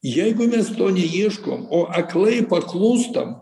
jeigu mes to neieškom o aklai paklūstam